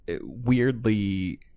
weirdly